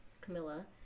Camilla